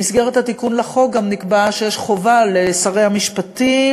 במסגרת התיקון לחוק גם נקבע שיש חובה לשרי המשפטים,